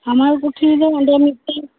ᱟᱢᱟᱨ ᱠᱩᱴᱤᱨ ᱫᱚ ᱚᱸᱰᱮ ᱢᱤᱫᱴᱮᱱ